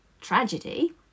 tragedy